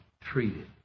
treated